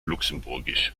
luxemburgisch